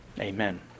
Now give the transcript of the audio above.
Amen